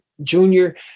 Junior